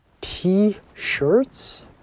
T-shirts